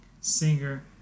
singer